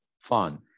fun